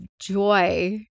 joy